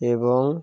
এবং